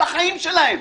על החיים שלהם.